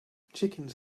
chickens